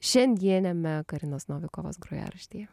šiandieniame karinos novikovos grojaraštyje